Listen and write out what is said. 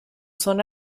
zona